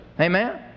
Amen